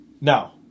Now